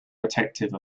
protective